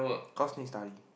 cause need study